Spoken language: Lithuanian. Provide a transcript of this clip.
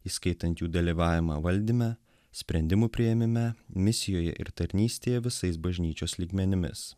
įskaitant jų dalyvavimą valdyme sprendimų priėmime misijoje ir tarnystėje visais bažnyčios lygmenimis